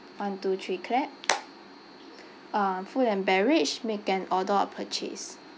one two three clap uh food and beverage make an order or purchase